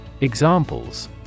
Examples